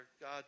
God